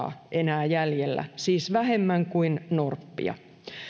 enää noin kolmellasadalla jäljellä siis vähemmän kuin norppia